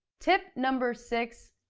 tip number six.